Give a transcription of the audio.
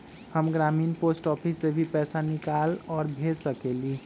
हम ग्रामीण post office से भी पैसा निकाल और भेज सकेली?